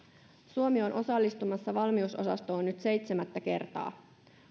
suomi on osallistumassa valmiusosastoon nyt seitsemättä kertaa